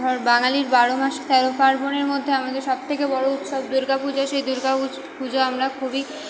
ধর বাঙালির বারো মাস তেরো পার্বণের মধ্যে আমাদের সবথেকে বড়ো উৎসব দুর্গা পুজো সেই দুর্গা পুজো আমরা খুবই